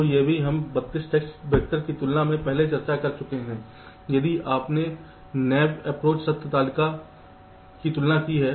तो यह भी हम 32 टेस्ट वैक्टर की तुलना में पहले चर्चा कर चुके हैं यदि आपने नैवे सत्य तालिका तुलना की है